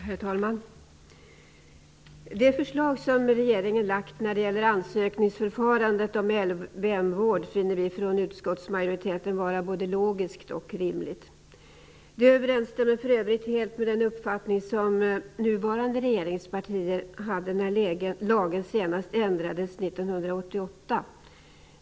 Herr talman! Det förslag som regeringen har lagt fram när det gäller ansökningsförfarandet angående LVM-vård finner vi från utskottsmajoriteten vara både logiskt och rimligt. Det överensstämmer för övrigt helt med den uppfattning som de nuvarande regeringspartierna hade när lagen senast ändrades 1988.